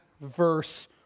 Verse